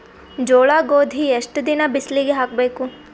ಜೋಳ ಗೋಧಿ ಎಷ್ಟ ದಿನ ಬಿಸಿಲಿಗೆ ಹಾಕ್ಬೇಕು?